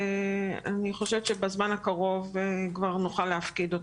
ואני חושבת שבזמן הקרוב כבר נוכל להפקיד אותה.